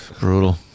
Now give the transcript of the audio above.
Brutal